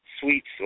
sweets